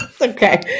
Okay